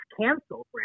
canceled